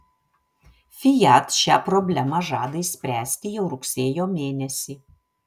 fiat šią problemą žada išspręsti jau rugsėjo mėnesį